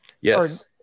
Yes